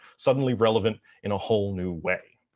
suddenly relevant in a whole new way.